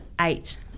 eight